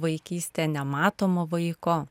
vaikystė nematomo vaiko